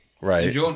right